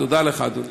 תודה לך, אדוני.